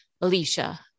alicia